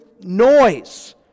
noise